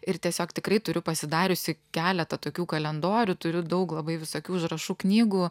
ir tiesiog tikrai turiu pasidariusi keletą tokių kalendorių turiu daug labai visokių užrašų knygų